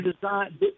design